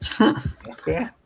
Okay